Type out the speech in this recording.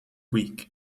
week